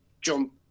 jump